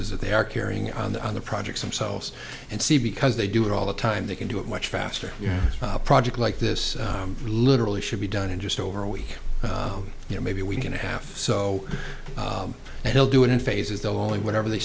s that they are carrying on the other projects themselves and c because they do it all the time they can do it much faster yes a project like this literally should be done in just over a week you know maybe a week and a half so they'll do it in phases they'll only whatever they